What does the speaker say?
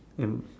and